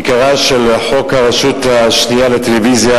עיקרה של הצעת חוק הרשות השנייה לטלוויזיה